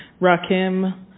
Rakim